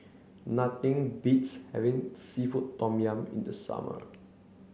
nothing beats having seafood Tom Yum in the summer